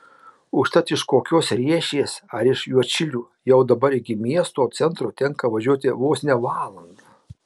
užtat iš kokios riešės ar iš juodšilių jau dabar iki miesto centro tenka važiuoti vos ne valandą